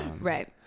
Right